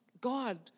God